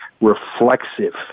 reflexive